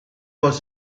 was